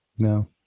No